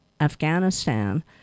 Afghanistan